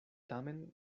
tamen